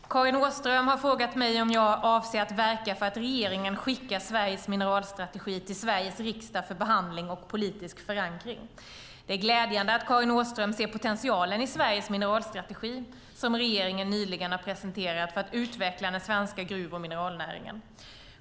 Fru talman! Karin Åström har frågat mig om jag avser att verka för att regeringen skickar Sveriges mineralstrategi till Sveriges riksdag för behandling och politisk förankring. Det är glädjande att Karin Åström ser potentialen i Sveriges mineralstrategi, som regeringen nyligen har presenterat, för att utveckla den svenska gruv och mineralnäringen.